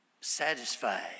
satisfied